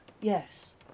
Yes